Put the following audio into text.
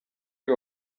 uyu